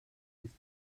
ist